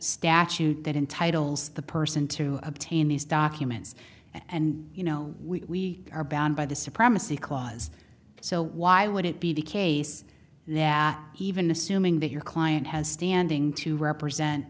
statute that in titles the person to obtain these documents and you know we are bound by the supremacy clause so why would it be the case now even assuming that your client has standing to represent